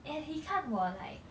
and he 看我 like